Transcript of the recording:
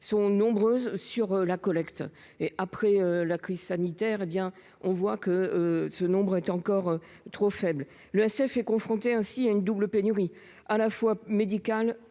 sont nombreuses sur la collecte et après la crise sanitaire et bien on voit que ce nombre est encore trop faible, l'ESF est confronté ainsi une double pénurie à la fois médicale